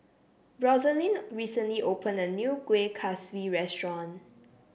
Rosalee recently opened a new Kueh Kaswi restaurant